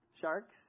Sharks